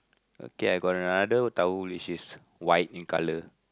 okay I got another towel which is white in colour